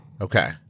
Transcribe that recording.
Okay